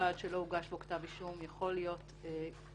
מב"ד שלא הוגש לו כתב אישום יכול להיות קריטי,